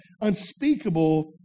unspeakable